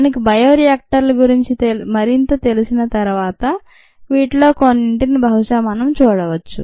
మనకి బయో రియాక్టర్ల గురించి మరింత తెలిసిన తర్వాత వీటిలో కొన్నింటిని బహుశా మనం చూడవచ్చు